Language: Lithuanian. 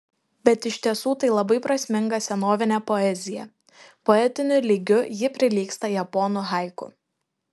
bet iš tiesų tai labai prasminga senovinė poezija poetiniu lygiu ji prilygsta japonų haiku